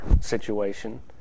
situation